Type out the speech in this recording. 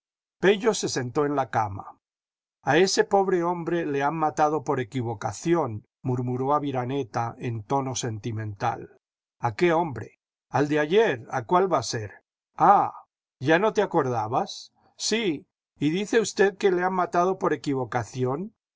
se sentó en la cama a ese pobre hombre le han matado por equivocación murmuró aviraneta en tono sentimental la qué hombre al de ayer a cuál va a ser jah ya no te acordabas sí y dice usted que le han matado por equivocación